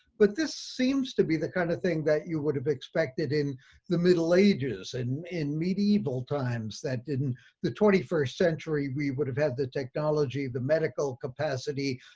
but this seems to be the kind of thing that you would have expected in the middle ages and in medieval times that in the twenty first century, we would have had the technology, the medical capacity,